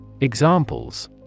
Examples